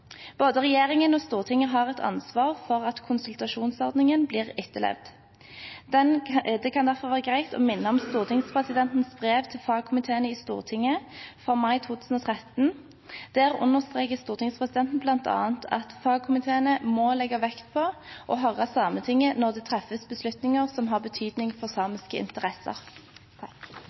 Både regjeringen og Stortinget har et ansvar for at konsultasjonsordningen blir etterlevd. Det kan derfor være greit å minne om stortingspresidentens brev til fagkomiteene i Stortinget fra mai 2013. Der understreker stortingspresidenten bl.a. at fagkomiteene må legge vekt på å høre Sametinget når det treffes beslutninger som har betydning for samiske interesser.